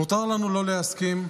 מותר לנו לא להסכים,